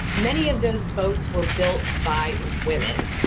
many of those boats were built by woman,